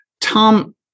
Tom